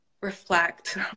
reflect